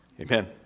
Amen